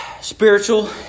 spiritual